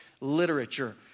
literature